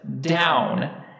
down